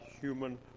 human